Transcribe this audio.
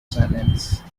silence